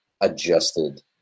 adjusted